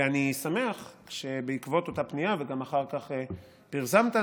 ואני שמח שבעקבות אותה פנייה אחר כך פרסמת,